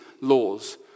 laws